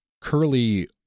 Curly